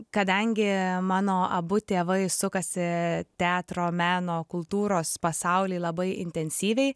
kadangi mano abu tėvai sukasi teatro meno kultūros pasauly labai intensyviai